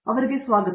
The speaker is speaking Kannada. ಆದ್ದರಿಂದ ಸ್ವಾಗತ